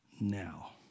now